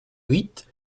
huit